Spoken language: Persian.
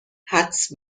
حدس